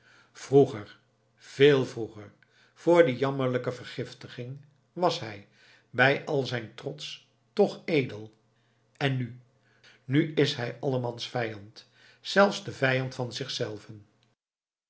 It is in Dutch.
vroeger veel vroeger vr die jammerlijke vergiftiging was hij bij al zijn trots toch edel en nu nu is hij allemans vijand zelfs de vijand van zichzelven